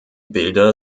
bilder